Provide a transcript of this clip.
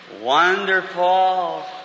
Wonderful